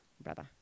Brother